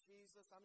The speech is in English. Jesus